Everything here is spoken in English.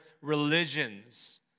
religions